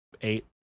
eight